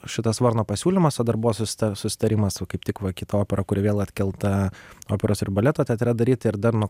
šitas varno pasiūlymas o dar buvo susita susitarimas su kaip tik va kita opera kuri vėl atkelta operos ir baleto teatre daryti ir dar nuo